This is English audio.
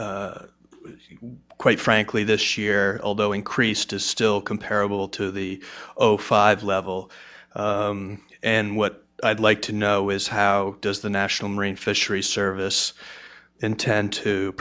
then quite frankly this year although increased is still comparable to the over five level and what i'd like to know is how does the national marine fisheries service intend to